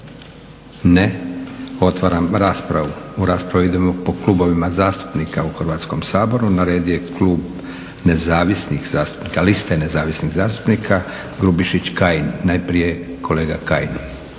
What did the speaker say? Ne. Otvaram raspravu. U raspravu idemo po klubovima zastupnika u Hrvatskom saboru. Na redu je Klub nezavisnih zastupnika, liste nezavisnih zastupnika. Grubišić Kajin. Najprije kolega Kajin.